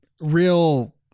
real